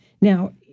Now